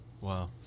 wow